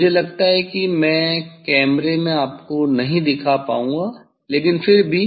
मुझे लगता है कि मैं कैमरे में आपको नहीं दिखा पाऊंगा लेकिन फिर भी